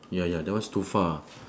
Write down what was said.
ya ya that one's too far